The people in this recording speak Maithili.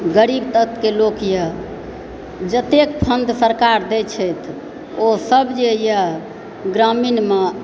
गरीब वर्गके लोक यऽ जतेक फण्ड सरकार दए छथि ओ सब जे यऽ ग्रामीणमे